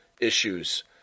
issues